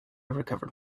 recovered